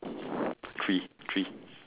three three